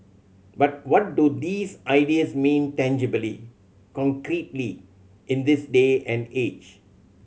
but what do these ideas mean tangibly concretely in this day and age